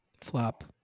Flop